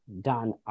done